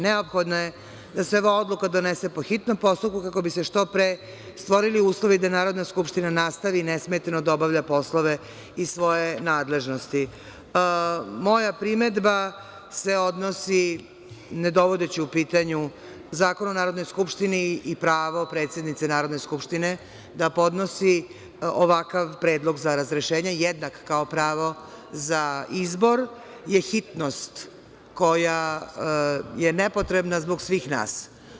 Neophodno je da se ova odluka donese po hitnom postupku, kako bi se što pre stvorili uslovi da Narodna skupština nastavi nesmetano da obavlja poslove iz svoje nadležnosti.“ Moja primedba se odnosi, ne dovodeći u pitanje Zakon o Narodnoj skupštini i pravo predsednice Narodne skupštine da podnosi ovakav predlog za razrešenje, jednak kao pravo za izbor, na hitnost koja je nepotrebna zbog svih nas.